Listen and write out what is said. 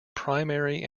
primary